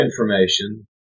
information